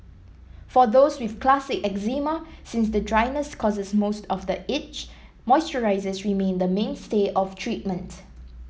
for those with classic eczema since the dryness causes most of the itch moisturisers remain the mainstay of treatment